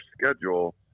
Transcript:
schedule